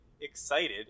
excited